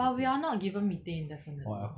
but we are not given methane definitely